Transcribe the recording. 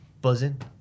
buzzing